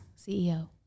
CEO